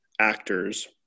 actors